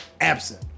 absent